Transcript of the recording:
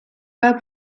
pas